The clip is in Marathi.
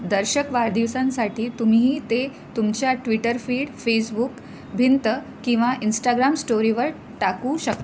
दर्शक वाढदिवसांसाठी तुम्ही ते तुमच्या ट्विटर फीड फेसबुक भिंत किंवा इंस्टाग्राम स्टोरीवर टाकू शकता